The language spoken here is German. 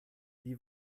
die